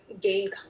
gain